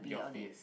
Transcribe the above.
your face